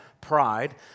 pride